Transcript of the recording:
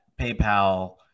PayPal